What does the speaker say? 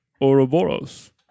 Ouroboros